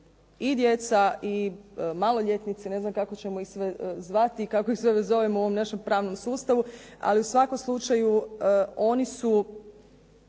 i djeca i maloljetnici ne znam kako ćemo ih sve zvati i kako ih sve zovemo u ovom našem pravnom sustavu. Ali u svakom slučaju oni su